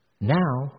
now